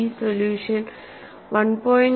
ഈ സൊല്യൂഷൻ 1